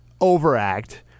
overact